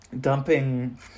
dumping